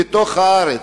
בתוך הארץ,